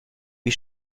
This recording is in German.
wie